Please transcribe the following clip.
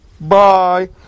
Bye